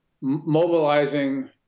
mobilizing